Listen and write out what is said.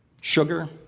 sugar